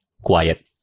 quiet